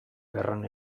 gerran